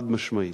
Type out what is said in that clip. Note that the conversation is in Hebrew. חד-משמעית.